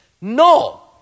No